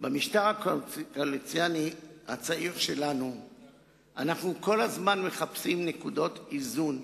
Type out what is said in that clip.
במשטר הקואליציוני הצעיר שלנו אנחנו כל הזמן מחפשים נקודות איזון,